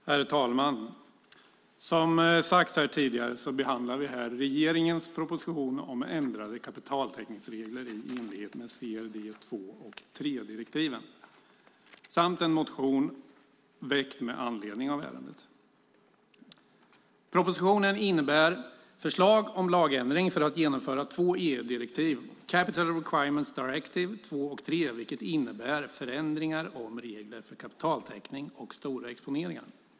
Herr talman! Vi behandlar här regeringens proposition om ändrade kapitaltäckningsregler i enlighet med CRD 2 och 3-direktiven samt en motion väckt med anledning av ärendet. Propositionen innebär förslag om lagändring för att genomföra två EU-direktiv, Capital Requirements Directive 2 och 3, vilket innebär förändringar om regler för kapitaltäckning och stora exponeringar.